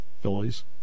Phillies